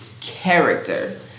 character